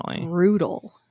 brutal